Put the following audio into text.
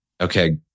okay